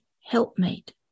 helpmate